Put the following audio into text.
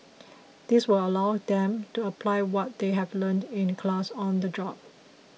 this will allow them to apply what they have learnt in class on the job